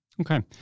Okay